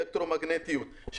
אלקטרומגנטיות,